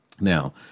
Now